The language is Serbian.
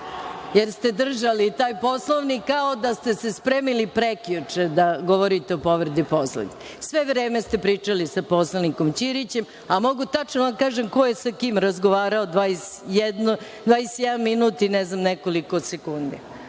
jer ste držali taj poslovnik kao da ste se spremili prekjuče da govorite o povredi Poslovnika. Sve vreme ste pričali sa poslanikom Ćirićem, a mogu tačno da vam kažem i ko je sa kim razgovarao 21 minut i nekoliko sekundi.